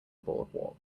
boardwalk